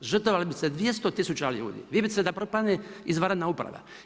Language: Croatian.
Žrtvovali biste 200 tisuća ljudi, vi bi ste da propadne izvanredna uprava.